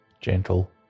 gentle